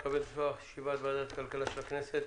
אני מתכבד לפתוח את ישיבת ועדת הכלכלה של הכנסת,